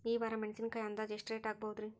ಈ ವಾರ ಮೆಣಸಿನಕಾಯಿ ಅಂದಾಜ್ ಎಷ್ಟ ರೇಟ್ ಆಗಬಹುದ್ರೇ?